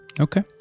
Okay